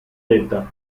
detta